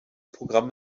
programm